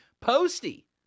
Posty